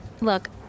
Look